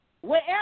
Wherever